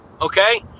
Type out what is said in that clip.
Okay